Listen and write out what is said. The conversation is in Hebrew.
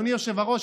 אדוני היושב-ראש,